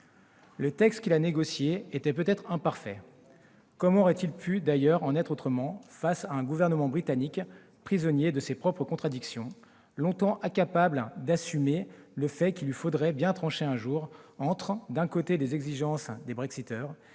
Le texte qu'il a négocié était peut-être imparfait ; comment aurait-il pu d'ailleurs en être autrement avec un gouvernement britannique prisonnier de ses propres contradictions, longtemps incapable d'assumer le fait qu'il lui faudrait bien trancher un jour entre, d'un côté, les exigences des, et,